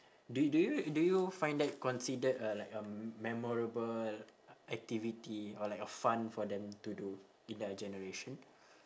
do y~ do you do you find that considered uh like um memorable activity or like a fun for them to do in their generation